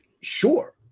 Sure